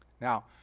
Now